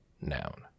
noun